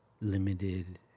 limited